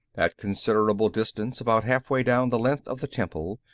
at considerable distance, about halfway down the length of the temple,